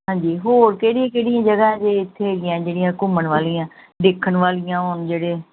ਹਾਂਜੀ ਹੋਰ ਕਿਹੜੀਆਂ ਕਿਹੜੀਆਂ ਜਗ੍ਹਾ ਜੇ ਇੱਥੇ ਹੈਗੀਆ ਜਿਹੜੀਆਂ ਘੁੰਮਣ ਵਾਲੀਆਂ ਵੇਖਣ ਵਾਲੀਆਂ ਹੋਣ ਜਿਹੜੇ